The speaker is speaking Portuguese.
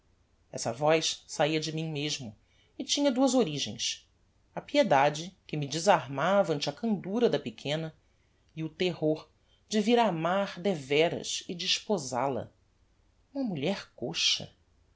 essa voz saia de mim mesmo e tinha duas origens a piedade que me desarmava ante a candura da pequena e o terror de vir a amar devéras e desposal a uma mulher coxa